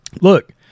look